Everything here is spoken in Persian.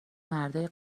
مردای